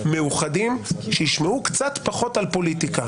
מאוחדים, תאפשרו להם לשמוע קצת פחות על פוליטיקה.